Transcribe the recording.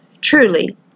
Truly